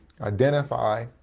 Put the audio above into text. identify